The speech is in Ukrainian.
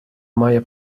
має